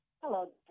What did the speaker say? hello